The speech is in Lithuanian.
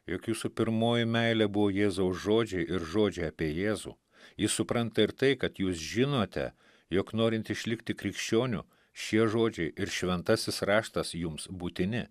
jog jūsų pirmoji meilė buvo jėzaus žodžiai ir žodžiai apie jėzų jis supranta ir tai kad jūs žinote jog norint išlikti krikščioniu šie žodžiai ir šventasis raštas jums būtini